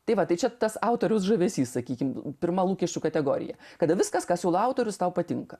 tai va tai čia tas autoriaus žavesys sakykim pirma lūkesčių kategorija kada viskas ką siūlo autorius tau patinka